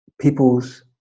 people's